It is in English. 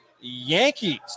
Yankees